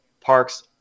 parks